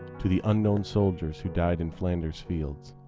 to the unknown soldiers who died in flanders fields.